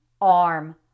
arm